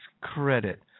credit